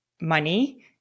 money